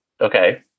Okay